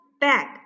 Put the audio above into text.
bag